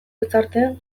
gizarteen